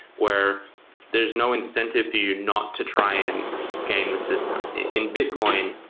where there is no incentive for you not to try and gain the system. in bitcoin,